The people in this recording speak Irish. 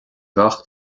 gach